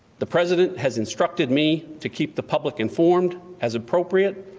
the president has instructed me to keep the public informed, as appropriate,